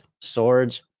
Swords